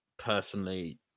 Personally